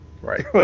right